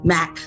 Mac